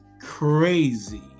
Crazy